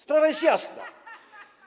Sprawa jest jasna.